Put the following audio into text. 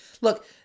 look